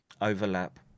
overlap